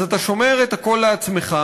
אז אתה שומר את הכול לעצמך,